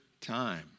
time